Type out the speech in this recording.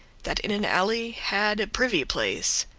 that in an alley had a privy place,